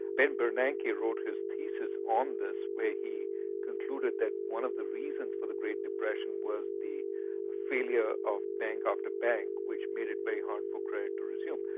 ben bernacki wrote his thesis on this where he concluded that one of the reasons for the great depression was the failure of bank and ah after bank, which made it very hard for credit to resume.